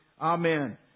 Amen